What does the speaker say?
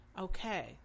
Okay